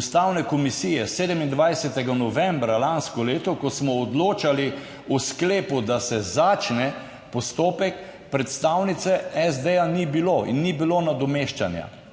Ustavne komisije 27. novembra lansko leto, ko smo odločali o sklepu, da se začne postopek predstavnice SD ni bilo in ni bilo nadomeščanja